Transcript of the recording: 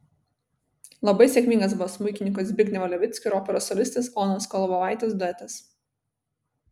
labai sėkmingas buvo smuikininko zbignevo levickio ir operos solistės onos kolobovaitės duetas